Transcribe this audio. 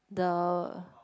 the